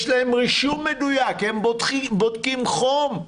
יש להם רישום מדויק, הם בודקים חום.